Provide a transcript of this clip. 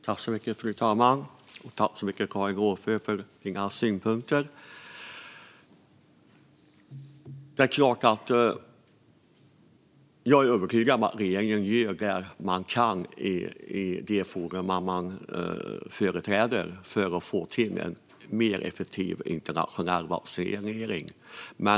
Fru talman! Tack så mycket för dina synpunkter, Karin Rågsjö! Jag är övertygad om att regeringen gör det den kan i de forum den företräder Sverige i för att få till en mer effektiv internationell vaccinering.